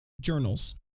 journals